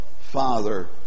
Father